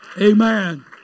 Amen